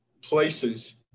places